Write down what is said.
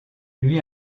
lui